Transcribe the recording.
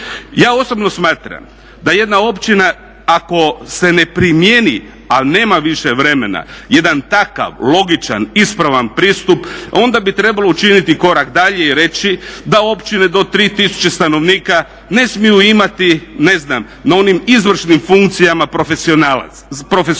Ja osobno smatram da jedna općina ako se ne primjeni ali nema više vremena jedan takav logičan ispravan pristup onda bi trebalo učiniti korak dalje i reći da općine do 3 tisuće stanovnika ne smiju imati ne znam na onim izvršnim funkcijama profesionalce.